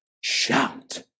shout